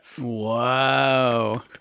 Whoa